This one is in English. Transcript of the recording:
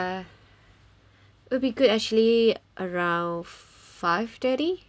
ah will be good actually around five thirty